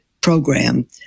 program